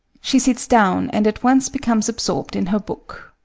she sits down and at once becomes absorbed in her book.